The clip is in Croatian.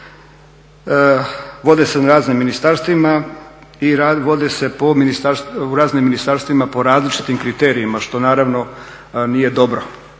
vode se na raznim ministarstvima i vode se u raznim ministarstvima po različitim kriterijima što naravno nije dobro.